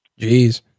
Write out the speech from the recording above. Jeez